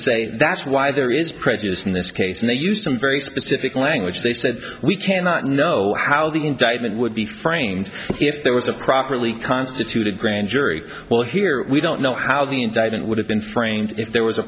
say that's why there is precedence in this case and they used some very specific language they said we cannot know how the indictment would be framed if there was a properly constituted grand jury well here we don't know how the indictment would have been framed if there was a